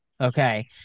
Okay